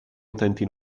utenti